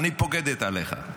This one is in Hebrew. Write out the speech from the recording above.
אני פוקדת עליך.